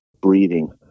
breathing